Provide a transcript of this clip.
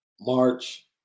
March